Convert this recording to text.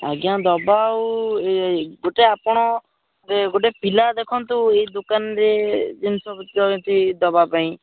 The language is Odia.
ଆଜ୍ଞା ଦେବ ଆଉ ଏହି ଗୋଟେ ଆପଣ ଗୋଟେ ପିଲା ଦେଖନ୍ତୁ ଏହି ଦୋକାନରେ ଜିନିଷ ଯେମିତି ଦେବା ପାଇଁ